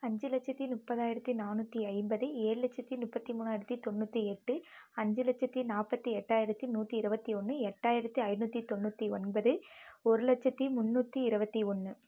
அஞ்சு லட்சத்தி முப்பதாயிரத்தி நானூற்றி ஐம்பது ஏழு லட்சத்தி முப்பத்தி மூணாயிரத்தி தொண்ணூற்றி எட்டு அஞ்சு லட்சத்தி நாற்பத்தி எட்டாயிரத்தி நூற்றி இருபத்தி ஒன்று எட்டாயிரத்தி ஐநூற்றி தொண்ணூற்றி ஒன்பது ஒரு லட்சத்தி முந்நூற்றி இருபத்தி ஒன்று